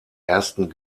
ersten